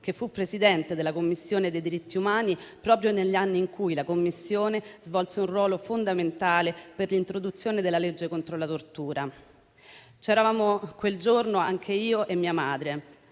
che fu Presidente della Commissione per la tutela dei diritti umani, proprio negli anni in cui la Commissione svolse un ruolo fondamentale per l'introduzione della legge contro la tortura. Quel giorno eravamo presenti anche io e mia madre.